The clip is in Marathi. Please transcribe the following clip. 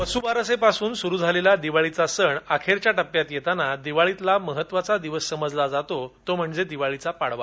वसुबारसेपासून सुरु झालेला दिवाळीचा सण अखेरच्या टप्प्यात येताना दिवाळीचा महत्वाचा दिवस समजला जातो तो म्हणजे पाडवा